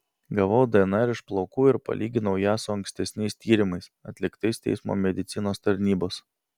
gavau dnr iš plaukų ir palyginau ją su ankstesniais tyrimais atliktais teismo medicinos tarnybos